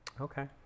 Okay